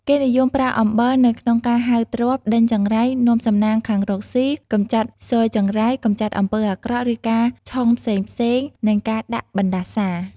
គេនិយមប្រើអំបិលនៅក្នុងការហៅទ្រព្យ ដេញចង្រៃ នាំសំណាងខាងរកស៊ី កម្ចាត់ស៊យចង្រៃ កម្ចាត់អំពើអាក្រក់ ឬការឆុងផ្សេងៗ និងការដាក់បណ្តាសារ។